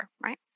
right